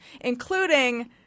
including